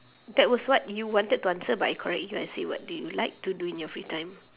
that was what you wanted to answer but I correct you I say what do you like to do in your free time